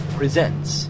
presents